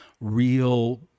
real